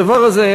הדבר הזה,